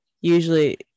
usually